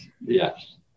Yes